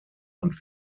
und